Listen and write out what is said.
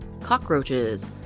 Cockroaches